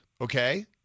okay